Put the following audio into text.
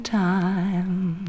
time